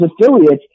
affiliates